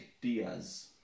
Diaz